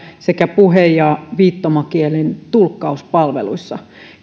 sekä puhe ja viittomakielen tulkkauspalveluissa